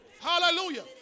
Hallelujah